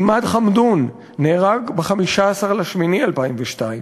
עימאד חמדון נהרג ב-15 באוגוסט 2002,